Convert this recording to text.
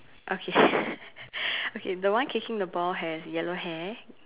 okay okay the one kicking the ball has yellow hair